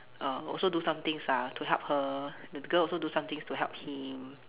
err also do some things ah to help her the girl also do some things to help him